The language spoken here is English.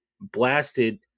blasted